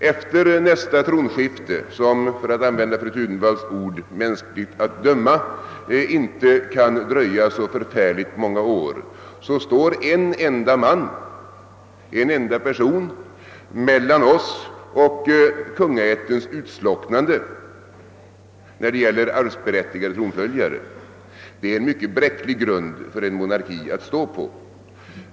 Efter nästa tronskifte — som för att använda fru Thunvalls ord mänskligt att döma inte kan dröja så värst många år — står en enda man, en enda person, mellan oss och kungaättens utslocknande när det gäller arvsberättigade tronföljare. Det är en mycket bräcklig grund för en monarki att stå på.